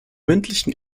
mündlichen